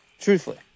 truthfully